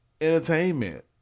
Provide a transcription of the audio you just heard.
entertainment